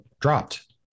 dropped